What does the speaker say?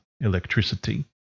electricity